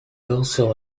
also